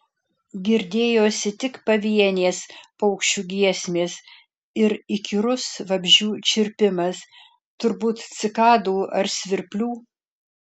girdėjosi tik pavienės paukščių giesmės ir įkyrus vabzdžių čirpimas turbūt cikadų ar svirplių